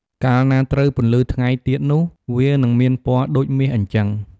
កាលណាត្រូវពន្លឺថ្ងៃទៀតនោះ វានឹងមានពណ៌ដូចមាសអ៊ីចឹង។